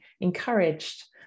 encouraged